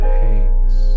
hates